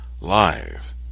live